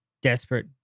desperate